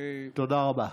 תודה רבה.